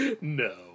No